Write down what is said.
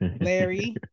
Larry